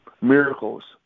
miracles